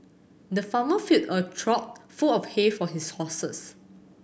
the farmer filled a trough full of hay for his horses